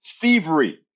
thievery